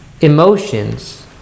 emotions